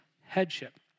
headship